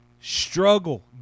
struggle